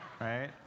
right